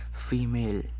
female